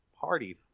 party